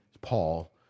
Paul